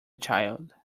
child